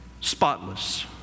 spotless